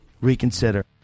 reconsider